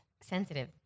Sensitive